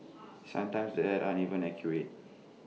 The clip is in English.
sometimes the apps aren't even accurate